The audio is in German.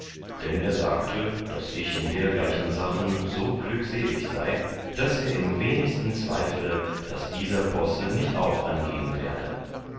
dann er sagte daß ich in dergleichen sachen so glückselig sei daß er im wenigsten zweifele daß dieser posse nicht auch angehen werde